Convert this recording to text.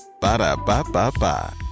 Ba-da-ba-ba-ba